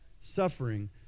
suffering